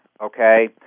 okay